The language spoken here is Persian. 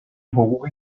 حقوقی